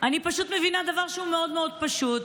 אני פשוט מבינה דבר שהוא מאוד מאוד פשוט: